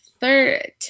third